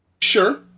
Sure